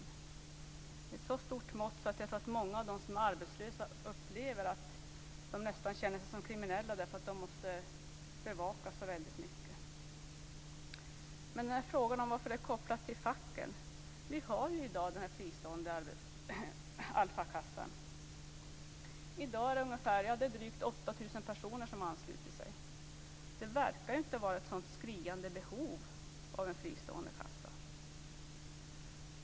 Det är ett så stort mått att jag tror att många av dem som är arbetslösa nästan känner sig som kriminella därför att de måste bevakas så väldigt mycket. Frågan ställdes om varför a-kassan är kopplad till facken. Vi har i dag den fristående alfakassan. Det är ungefär 8 000 personer som har anslutit sig. Det verkar inte vara ett skriande behov av en fristående kassa.